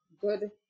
good